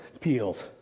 peels